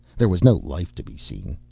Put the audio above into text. there was no life to be seen.